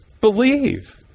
Believe